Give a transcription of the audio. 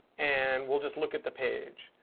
and we'll just look at the page.